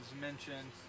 mentioned